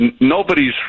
nobody's